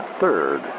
third